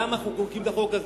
למה אנחנו מחוקקים את החוק הזה?